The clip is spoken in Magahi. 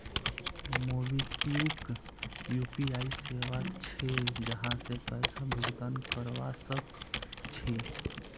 मोबिक्विक यू.पी.आई सेवा छे जहासे पैसा भुगतान करवा सक छी